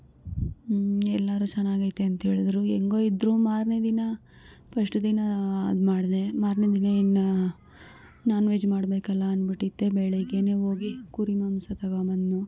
ಹ್ಞೂ ಎಲ್ಲರು ಚೆನ್ನಾಗೈತೆ ಅಂಥೇಳಿದ್ರು ಹೆಂಗೋ ಇದ್ರು ಮಾರನೇ ದಿನ ಫಸ್ಟ್ ದಿನ ಅದು ಮಾಡಿದೆ ಮಾರನೇ ದಿನ ಏನು ನಾನ್ ವೆಜ್ ಮಾಡಬೇಕಲ್ಲ ಅಂದ್ಬಿಟ್ಟು ಬೆಳಿಗ್ಗೆಯೇ ಹೋಗಿ ಕುರಿ ಮಾಂಸ ತೊಗೊಂಬಂದು